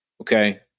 okay